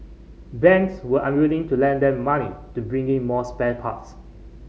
banks were unwilling to lend them money to bring in more spare parts